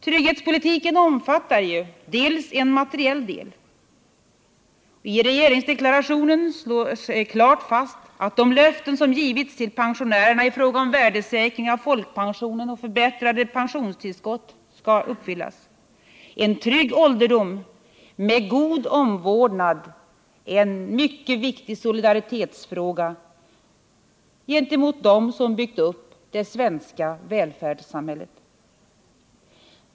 Trygghetspolitiken omfattar också en materiell del. I regeringsdeklarationen slås klart fast att de löften som givits till pensionärerna i fråga om värdesäkring av folkpensionen och förbättrade pensionstillskott skall hållas. En trygg ålderdom med god omvårdnad är en viktig solidaritetsfråga mot dem som byggt upp det svenska välfärdssamhället.